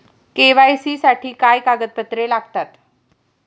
KYC साठी काय कागदपत्रे लागतात?